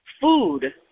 Food